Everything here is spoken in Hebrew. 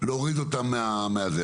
להוריד אותם מזה.